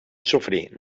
sofrir